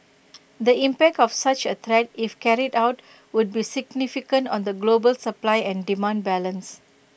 the impact of such A threat if carried out would be significant on the global supply and demand balance